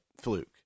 Fluke